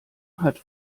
hat